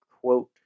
quote